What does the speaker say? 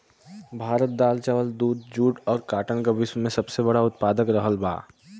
भारत दाल चावल दूध जूट और काटन का विश्व में सबसे बड़ा उतपादक रहल बा